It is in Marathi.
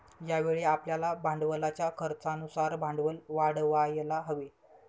यावेळी आपल्याला भांडवलाच्या खर्चानुसार भांडवल वाढवायला हवे